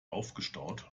aufgestaut